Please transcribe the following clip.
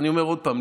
אני אומר עוד פעם,